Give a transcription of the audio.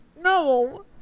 No